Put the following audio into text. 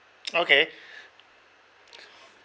okay